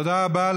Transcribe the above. תודה רבה.